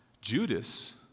Judas